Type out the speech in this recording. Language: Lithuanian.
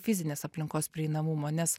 fizinės aplinkos prieinamumo nes